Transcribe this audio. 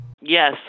Yes